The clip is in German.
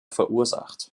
verursacht